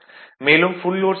மேலும் full load slip sfl 0